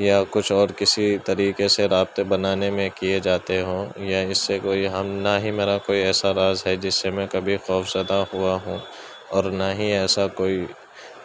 یا کچھ اور کسی طریقے سے رابطے بنانے میں کیے جاتے ہوں یا اس سے کوئی ہم نہ ہی میرا کوئی ایسا راز ہے جس سے میں کبھی خوف زدہ ہوا ہوں اور نہ ہی ایسا کوئی